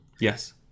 yes